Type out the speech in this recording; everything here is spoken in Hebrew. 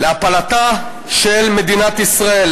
להפלתה של מדינת ישראל,